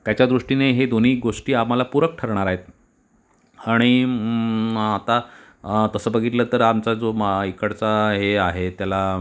त्याच्यादृष्टीने हे दोन्ही गोष्टी आम्हाला पूरक ठरणार आहेत आणि आता तसं बघितलं तर आमचा जो मा इकडचा हे आहे त्याला